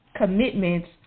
commitments